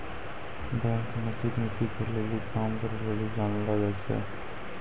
bank नैतिक नीति के लेली काम करै लेली जानलो जाय छै